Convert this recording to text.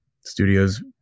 studios